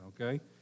okay